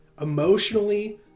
emotionally